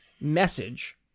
message